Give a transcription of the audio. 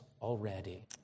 already